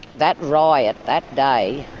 that riot that day,